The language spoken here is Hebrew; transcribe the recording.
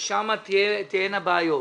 אם שם תהיינה בעיות